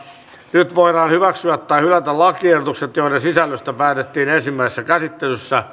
nyt voidaan hyväksyä tai hylätä lakiehdotukset joiden sisällöstä päätettiin ensimmäisessä käsittelyssä